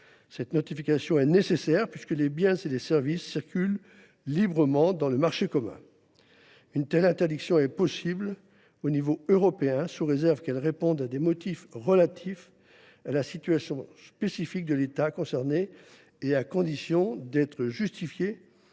Cette notification est nécessaire, puisque les biens et les services circulent librement dans le marché commun. Une interdiction est possible au niveau européen, sous réserve qu’elle réponde à des motifs relatifs à la situation spécifique de l’État concerné et à condition d’être justifiée